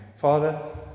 father